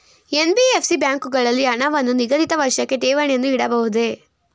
NBFC ಬ್ಯಾಂಕುಗಳಲ್ಲಿ ಹಣವನ್ನು ನಿಗದಿತ ವರ್ಷಕ್ಕೆ ಠೇವಣಿಯನ್ನು ಇಡಬಹುದೇ?